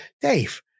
Dave